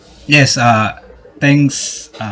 yes uh thanks